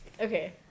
Okay